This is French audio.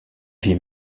vit